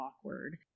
awkward